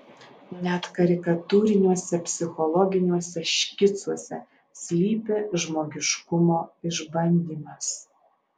net karikatūriniuose psichologiniuose škicuose slypi žmogiškumo išbandymas